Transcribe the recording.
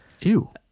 Ew